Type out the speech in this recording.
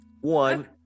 one